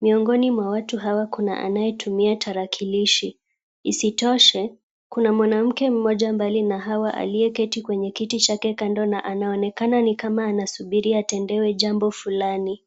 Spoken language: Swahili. Miongoni mwa watu hawa kuna anayetumia tarakilishi. Isitoshe kuna mwanamke mmoja mbali na hawa aliyeketi kwenye kiti chake kando na anaonekana ni kama anasubiri atendewe jambo fulani.